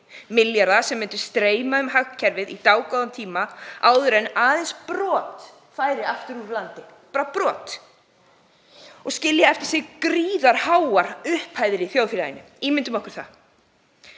milljarða sem myndu streyma um hagkerfið í dágóðan tíma, áður en aðeins brot færi aftur úr landi, og skilja eftir sig gríðarháar upphæðir í þjóðfélaginu. Ímyndum okkur það.